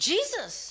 Jesus